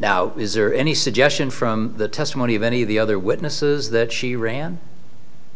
now is there any suggestion from the testimony of any of the other witnesses that she ran